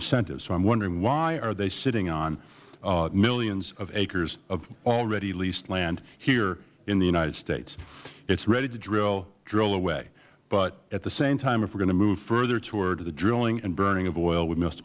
incentive so i am wondering why are they sitting on millions of acres of already leased land here in the united states it is ready to drill drill away but at the same time if we are going to move further toward the drilling and burning of oil we must